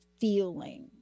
feeling